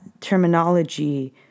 terminology